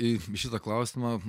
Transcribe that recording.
į šitą klausimą